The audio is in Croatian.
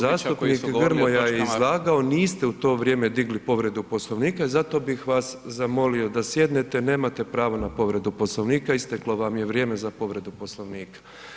Zastupnik Grmoja je izlagao, niste u to vrijeme digli povredu Poslovnika i zato bih vas zamolio da sjednete, nemate pravo na povredu Poslovnika, isteklo vam je vrijeme za povredu Poslovnika.